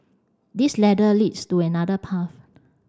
this ladder leads to another path